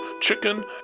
chicken